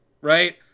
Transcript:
right